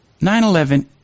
9-11